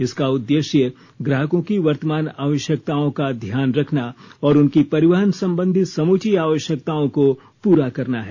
इसका उद्देश्य ग्राहकों की वर्तमान आवश्यकताओं का ध्यान रखना और उनकी परिवहन संबंधी समूची आवश्यकताओं को पूरा करना है